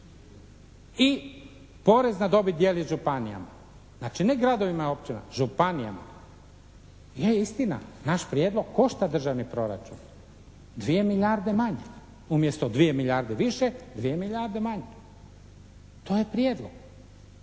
I porez na dobit dijeli županijama. Znači ne gradovima i općinama, županijama. Je, istina. Naš prijedlog košta državni proračun. Dvije milijarde manje. Umjesto dvije milijarde više dvije milijarde manje. To je prijedlog.